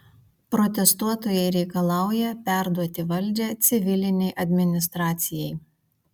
protestuotojai reikalauja perduoti valdžią civilinei administracijai